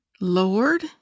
Lord